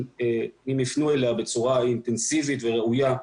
אם יפנו אליה בצורה אינטנסיבית וראויה,